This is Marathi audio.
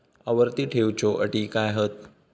आवर्ती ठेव च्यो अटी काय हत?